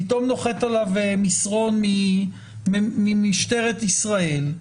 פתאום נוחת עליו מסרון ממשטרת ישראל,